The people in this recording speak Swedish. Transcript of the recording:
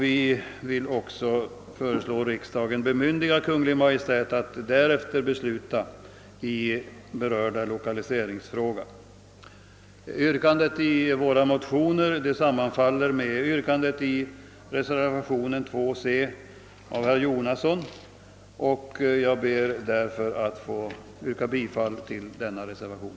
Vi föreslår också riksdagen att bemyndiga Kungl. Maj:t att därefter fatta beslut i berörda 1okaliseringsfråga. Jag ber att få yrka bifall till denna reservation.